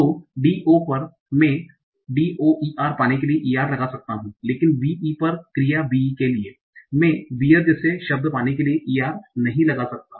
तो d o पर मैं doer पाने के लिए e r लगा सकता हूँ लेकिन b e पर क्रिया b e के लिए मैं बीयर जैसा शब्द पाने के लिए e r नहीं लगा सकता